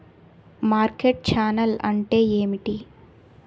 Market channel అంటే ఏమిటి?